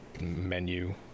menu